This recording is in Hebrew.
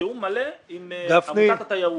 בתיאום מלא עם העמותה לתיירות.